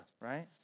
right